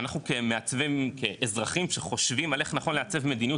אנחנו כאזרחים שחושבים על איך נכון לעצב מדיניות,